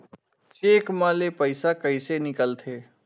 Cheque म ले पईसा कइसे निकलथे?